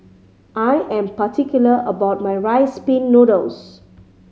I am particular about my Rice Pin Noodles